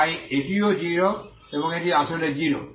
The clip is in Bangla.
তাই এটিও 0 এবং এটি আসলে 0